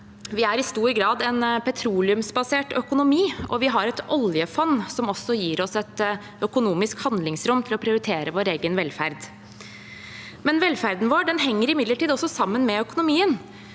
Vi er i stor grad en petroleumsbasert økonomi, og vi har et oljefond som gir oss et økonomisk handlingsrom for å prioritere vår egen velferd. Velferden vår henger imidlertid også sammen med økonomien,